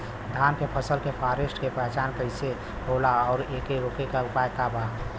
धान के फसल के फारेस्ट के पहचान कइसे होला और एके रोके के उपाय का बा?